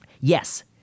Yes